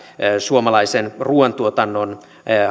suomalaisen ruoantuotannon